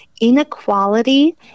inequality